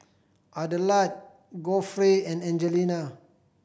Adelard Godfrey and Angelina